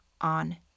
on